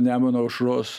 nemuno aušros